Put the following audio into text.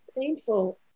painful